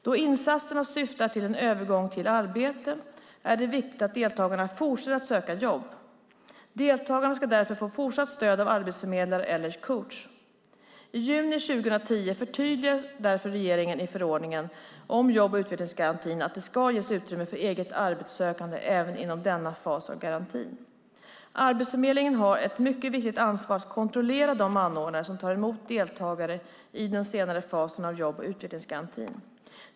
Då insatserna syftar till en övergång till arbete är det viktigt att deltagarna fortsätter söka jobb. Deltagarna ska därför få fortsatt stöd av en arbetsförmedlare eller coach. I juni 2010 förtydligade därför regeringen i förordningen om jobb och utvecklingsgarantin att det ska ges utrymme för eget arbetssökande även inom denna fas av garantin. Arbetsförmedlingen har ett mycket viktigt ansvar att kontrollera de anordnare som tar emot deltagare i den senare fasen av jobb och utvecklingsgarantin.